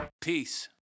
Peace